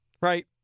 right